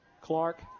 Clark